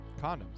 Condoms